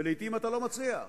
ולעתים אתה לא מצליח.